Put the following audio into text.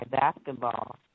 basketball